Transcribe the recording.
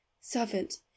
servant